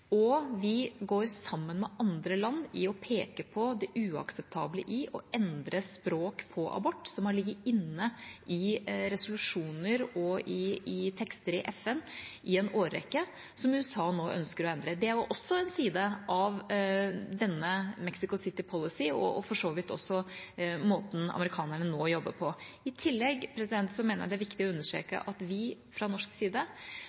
og vi går sammen med andre land om å peke på det uakseptable i å endre språk om abort som har ligget inne i resolusjoner og i tekster i FN i en årrekke, som USA nå ønsker å endre. Det er også en side av denne Mexico City-policyen, og for så vidt også måten amerikanerne nå jobber på. I tillegg mener jeg det er viktig å understreke at vi fra norsk side